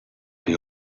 che